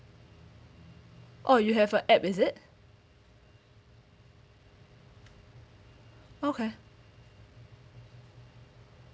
orh you have a app is it okay